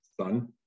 Son